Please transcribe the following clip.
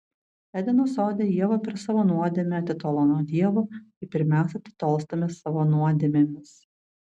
edeno sode ieva per savo nuodėmę atitolo nuo dievo kaip ir mes atitolstame savo nuodėmėmis